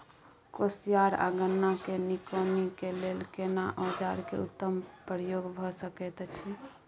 कोसयार आ गन्ना के निकौनी के लेल केना औजार के उत्तम प्रयोग भ सकेत अछि?